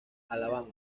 alabama